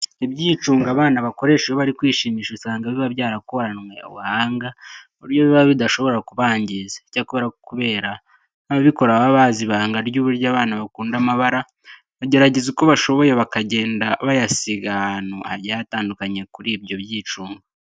Ibyicungo abana bakoresha iyo bari kwishimisha usanga biba byarakoranwe ubuhanga ku buryo biba bidashobora kubangiza. Icyakora kubera ko ababikora baba bazi ibanga ry'uburyo abana bakunda amabara, bagerageza uko bashoboye bakagenda bayasiga ahantu hagiye hatandukanye kuri ibyo byicungo.